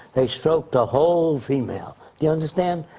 they stroked the whole female, do you understand.